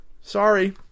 Sorry